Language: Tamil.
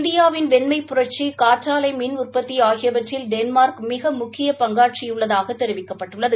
இந்தியாவின் வெண்மம் புரட்சி காற்றாலை மின் உற்பத்தி ஆகியவற்றில் டென்மார்க் மிக முக்கிய பங்காற்றியுள்ளதாக தெரிவிக்கப்பட்டுள்ளது